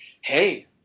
Hey